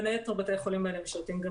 בין היתר בתי החולים האלה משרתים גם